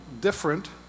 different